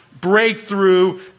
breakthrough